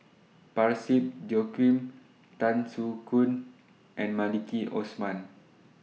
Parsick Joaquim Tan Soo Khoon and Maliki Osman